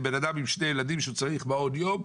בן אדם עם שני ילדים שהוא צריך מעון יום.